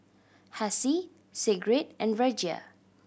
Hessie Sigrid and Virgia